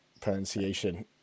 pronunciation